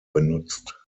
benutzt